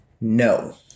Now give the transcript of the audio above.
No